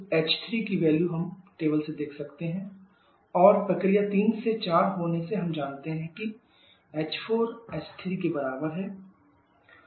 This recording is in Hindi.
PC9547 kJkg और प्रक्रिया 3 से 4 होने से हम जानते हैं कि h4h3 एक ही मान